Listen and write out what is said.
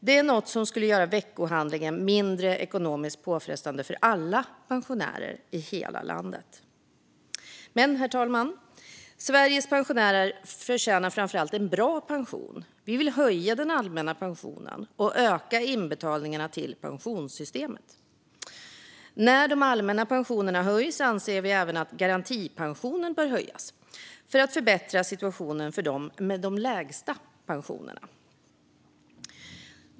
Det är något som skulle göra veckohandlingen mindre ekonomiskt påfrestande för alla pensionärer i hela landet. Men, herr talman, Sveriges pensionärer förtjänar framför allt en bra pension. Vi vill höja den allmänna pensionen och öka inbetalningarna till pensionssystemet. När de allmänna pensionerna höjs anser vi även att garantipensionen bör höjas för att förbättra situationen för dem med de lägsta pensionerna.